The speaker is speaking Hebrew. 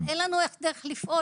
כי אחרת אין לנו דרך לפעול.